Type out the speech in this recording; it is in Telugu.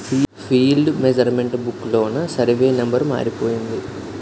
ఫీల్డ్ మెసరమెంట్ బుక్ లోన సరివే నెంబరు మారిపోయింది